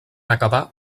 acabar